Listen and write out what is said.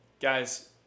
guys